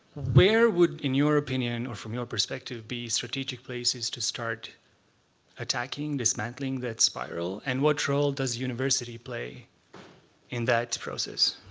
where would in your opinion or from your perspective be strategic places to start attacking, dismantling that spiral? and what role does university play in that process?